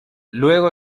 luego